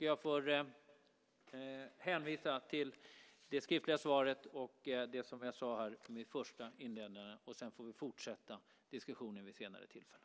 Jag får hänvisa till det skriftliga svaret och det jag sade här inledningsvis. Sedan får vi fortsätta diskussionen vid senare tillfälle.